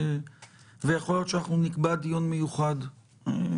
ויכול להיות שנקבע דיון מיוחד בסוגיה הזו,